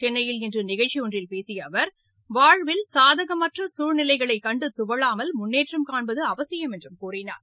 சென்ளையில் இன்று நிகழ்ச்சி ஒன்றில் பேசிய அவர் வாழ்வில் சாதகமற்ற சூழ்நிலைகளை கண்டு துவளாமல் முன்னேற்றம் காண்பது அவசியம் என்றும் கூறினார்